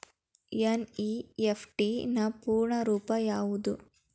NEFT ನ ಪೂರ್ಣ ರೂಪ ಯಾವುದು?